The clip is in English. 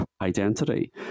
identity